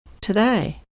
today